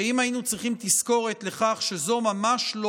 שאם היינו צריכים תזכורת לכך שזאת ממש לא